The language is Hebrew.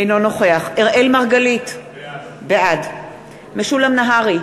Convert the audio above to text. אינו נוכח אראל מרגלית, בעד משולם נהרי,